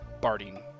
barding